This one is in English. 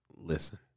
listen